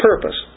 purpose